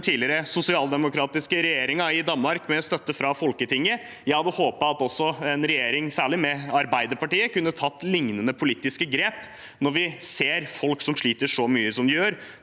den tidligere sosialdemokratiske regjeringen i Danmark, med støtte fra Folketinget. Jeg hadde håpet at også en regjering med – særlig – Arbeiderpartiet kunne tatt lignende politiske grep når vi ser at folk sliter så mye som de gjør,